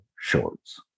shorts